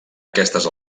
aquestes